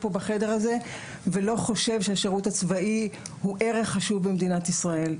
שלא חושב שהשירות הצבאי במדינת ישראל,